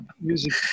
Music